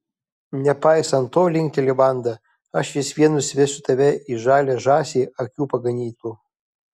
nepaisant to linkteli vanda aš vis vien nusivesiu tave į žalią žąsį akių paganytų